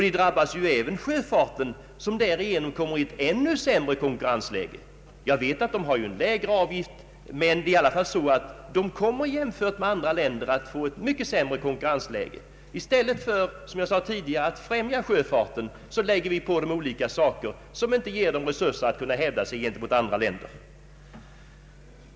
Det drabbar ju även sjöfarten, som därigenom kommer i ett ännu sämre konkurrensläge. Jag vet att sjöfarten har en lägre avgift än andra näringar, men den kommer ändå att hamna i ett sämre konkurrensläge jämfört med andra länder. I stället för att främja sjöfarten, som jag sade tidigare, lägger regeringen på den olika pålagor, som inte ger den resurser att hävda sig gentemot andra länder.